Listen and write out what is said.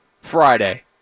Friday